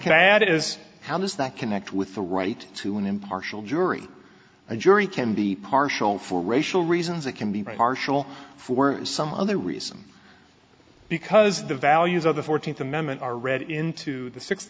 add is how does that connect with the right to an impartial jury a jury can be partial for racial reasons it can be right marshall for some other reason because the values of the fourteenth amendment are read into the sixth